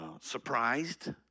surprised